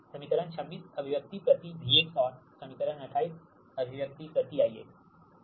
समीकरण 26 अभिव्यक्ति प्रति V और समीकरण 28 अभिव्यक्ति प्रति I